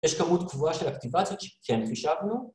יש כמות קבועה של אקטיבציות שכן חישבנו